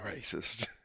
racist